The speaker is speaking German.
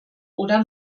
oder